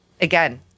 again